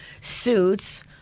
suits